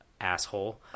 asshole